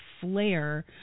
flare